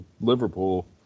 Liverpool